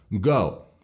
go